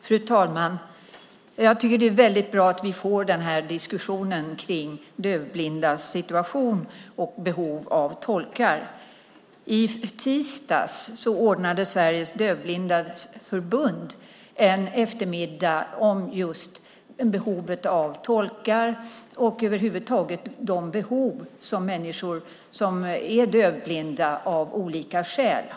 Fru talman! Det är väldigt bra att vi får den här diskussionen om dövblindas situation och behov av tolkar. I tisdags ordnade Förbundet Sveriges Dövblinda en eftermiddag om just behovet av tolkar och över huvud taget de behov som människor som är dövblinda har av olika skäl.